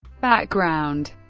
background